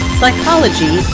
psychology